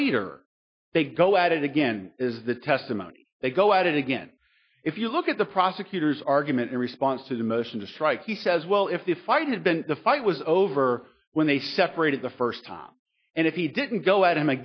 later they go at it again is the testimony they go at it again if you look at the prosecutor's argument in response to the motion to strike he says well if the fight had been the fight was over when they separated the first time and if he didn't go at him